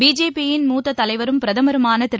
பிஜேபியின் மூத்ததைவரும் பிரதமருமானதிரு